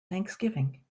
thanksgiving